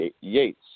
Yates